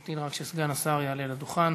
תמתינו עד שסגן השר יעלה לדוכן.